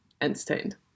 entertained